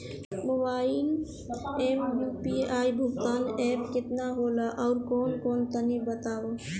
Mobile म UPI भुगतान app केतना होला आउरकौन कौन तनि बतावा?